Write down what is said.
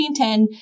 1910